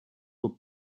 were